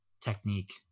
technique